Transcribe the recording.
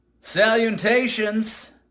Salutations